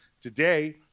today